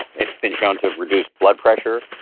it's been shown to reduce blood pressure.